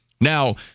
Now